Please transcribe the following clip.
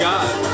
God